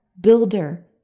builder